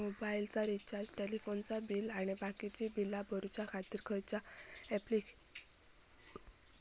मोबाईलाचा रिचार्ज टेलिफोनाचा बिल आणि बाकीची बिला भरूच्या खातीर खयच्या ॲप्लिकेशनाचो वापर करूक होयो?